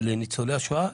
לניצולי השואה.